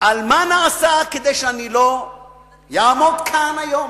נעשה כדי שאני לא אעמוד כאן היום.